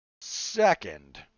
Second